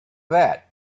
that